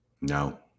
No